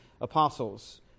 apostles